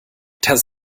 das